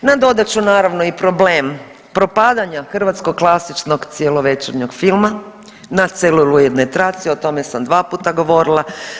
Nadodat ću naravno i problem propadanja hrvatskog klasičnog cjelovečernjeg filma na celuloidnoj traci, o tome sam dva puta govorila.